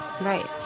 Right